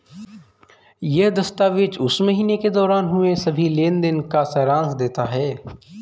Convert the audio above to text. यह दस्तावेज़ उस महीने के दौरान हुए सभी लेन देन का सारांश देता है